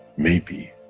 maybe,